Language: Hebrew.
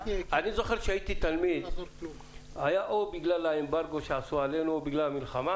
אני זוכר כשהייתי תלמיד או בגלל האמברגו שעשו עלינו או בגלל מלחמה